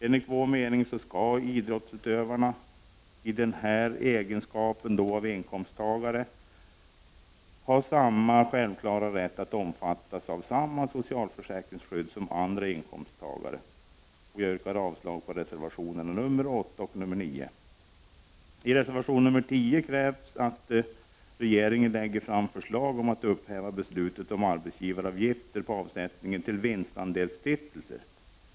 Enligt vår mening skall idrottsutövare, i sin egenskap av inkomsttagare, ha en självklar rätt att omfattas av samma socialförsäkringsskydd som andra inkomsttagare. Jag yrkar avslag på reservationerna nr 8 och 9. I reservation nr 10 krävs att regeringen lägger fram förslag om att upphäva beslutet om arbetsgivaravgifter på avsättningen till vinstandelsstiftelser.